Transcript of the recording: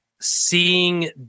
seeing